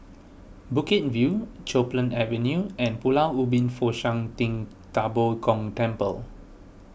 Bukit View Copeland Avenue and Pulau Ubin Fo Shan Ting Da Bo Gong Temple